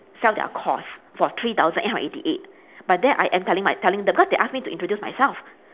sell their course for three thousand eight hundred eighty eight but there I am telling my telling the because they ask me to introduce myself